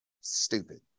Stupid